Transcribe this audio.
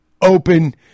open